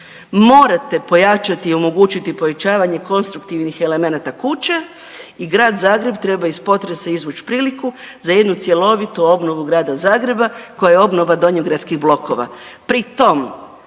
morate pojačati i omogućiti pojačavanje konstruktivnih elemenata kuće i Grad Zagreb treba iz potresa izvuć priliku za jednu cjelovitu obnovu Grada Zagreba koja je obnova donjogradskih blokova. Pri tom